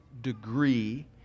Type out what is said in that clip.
degree